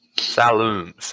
Saloon